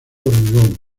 hormigón